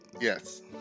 Yes